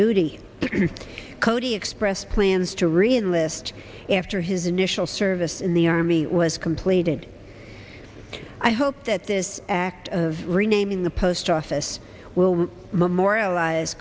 if cody expressed plans to rian list after his initial service in the army was completed i hope that this act of renaming the post office will memorialize